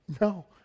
No